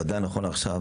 ודאי נכון לעכשיו,